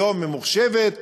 היום ממוחשבת,